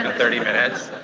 thirty minutes.